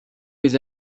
mes